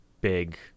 big